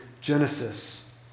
Genesis